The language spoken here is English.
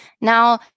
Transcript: Now